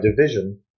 division